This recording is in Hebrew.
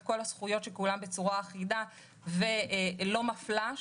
את כל הזכויות של כולם בצורה אחידה ולא מפלה,